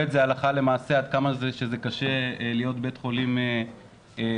הלכה למעשה עד כמה זה קשה להיות בית חולים בפריפריה.